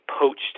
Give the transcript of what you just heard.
poached